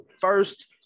first